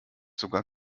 sogar